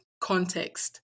context